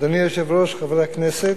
אדוני היושב-ראש, חברי הכנסת,